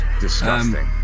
disgusting